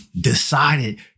decided